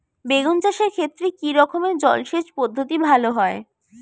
বেগুন চাষের ক্ষেত্রে কি রকমের জলসেচ পদ্ধতি ভালো হয়?